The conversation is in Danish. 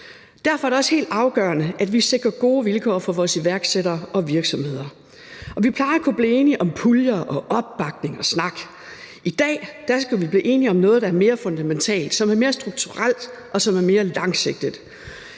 Derfor er det også helt afgørende, at vi sikrer gode vilkår for vores iværksættere og virksomheder. Vi plejer at kunne blive enige om puljer og opbakning og snak. I dag skal vi blive enige om noget, der er mere fundamentalt, som er mere strukturelt, og som er